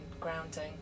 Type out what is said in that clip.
grounding